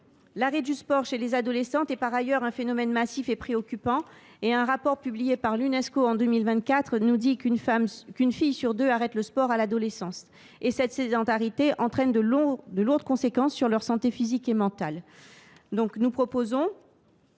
L’arrêt du sport chez les adolescentes est par ailleurs un phénomène massif et préoccupant. Selon un rapport de l’Unesco de 2024, une fille sur deux arrête le sport à l’adolescence. Or cette sédentarité entraîne de lourdes conséquences sur leur santé physique et mentale.